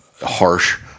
harsh